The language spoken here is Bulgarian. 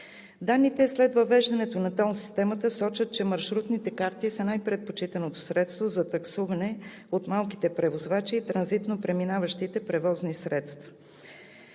Данните след въвеждането на тол системата сочат, че маршрутните карти са най-предпочитаното средство за таксуване от малките превозвачи и транзитно преминаващите превозни средства.